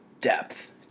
depth